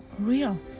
real